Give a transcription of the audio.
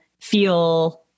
feel